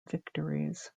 victories